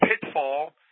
pitfall